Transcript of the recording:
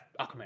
Aquaman